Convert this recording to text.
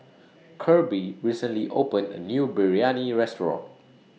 Kirby recently opened A New Biryani Restaurant